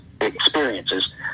experiences